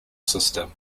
system